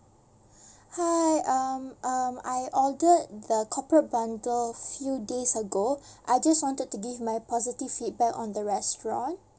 hi um um I ordered the corporate bundle few days ago I just wanted to give my positive feedback on the restaurant